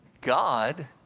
God